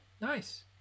nice